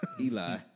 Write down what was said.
Eli